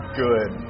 good